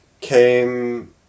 came